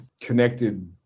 connected